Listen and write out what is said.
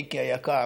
מיקי היקר,